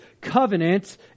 covenant